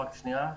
רק שנייה.